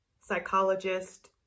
psychologist